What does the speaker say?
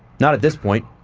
not at this point.